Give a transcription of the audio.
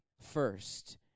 first